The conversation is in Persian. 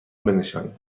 بنشانیم